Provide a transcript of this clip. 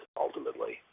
ultimately